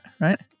right